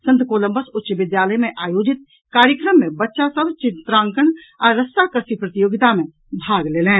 संत Columbus उच्च विद्यालय मे आयोजित कार्यक्रम मे बच्चा सभ चित्रांकन आ रस्साकस्सी प्रतियोगिता मे भाग लेलनि